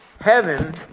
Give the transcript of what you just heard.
Heaven